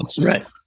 Right